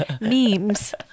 memes